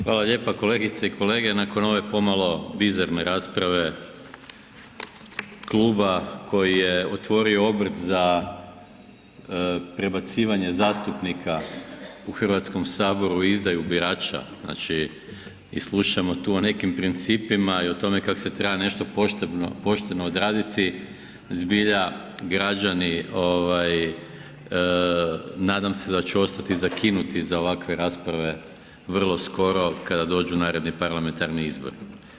Hvala lijepa kolegice i kolege, nakon ove pomalo bizarne rasprave kluba koji je otvorio obrt za prebacivanje zastupnika u Hrvatskom saboru i izdaju birača, znači i slušamo tu o nekim principima i o tome kako se treba nešto pošteno odraditi zbilja građani nadam se da će ostati zakinuti za ovakve rasprave vrlo skoro kada dođu naredni parlamentarni izbori.